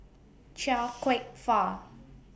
Chia Kwek Fah